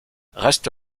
reste